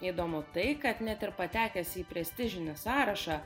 įdomu tai kad net ir patekęs į prestižinį sąrašą